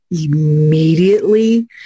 immediately